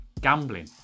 gambling